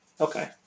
Okay